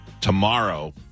tomorrow